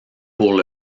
pour